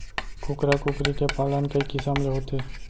कुकरा कुकरी के पालन कई किसम ले होथे